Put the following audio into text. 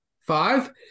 five